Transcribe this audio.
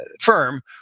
firm